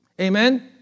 Amen